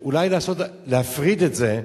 אולי להפריד את זה,